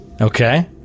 Okay